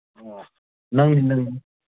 ꯑꯣ ꯅꯪꯅꯤ ꯅꯪꯅꯤ